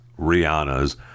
Rihanna's